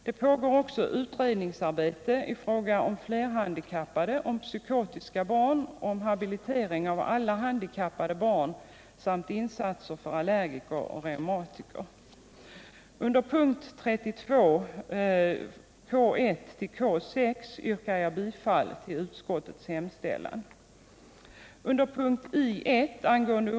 Det pågår också utredningsarbete i fråga om flerhandikappade, om psykotiska barn och om habilitering av alla handikappade barn samt insatser för allergiker och reumatiker. Under punkterna 32-36 yrkar jag beträffande anslagen K 1-K 6 bifall till utskottets hemställan. Under punkten 23, som gäller anslaget I 1.